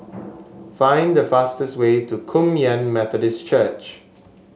find the fastest way to Kum Yan Methodist Church